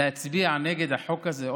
להצביע נגד החוק הזה.